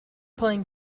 playing